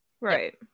Right